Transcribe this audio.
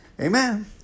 Amen